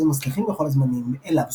המצליחים בכל הזמנים - A Love Supreme.